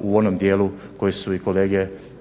u onom dijelu koji su i kolege